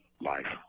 life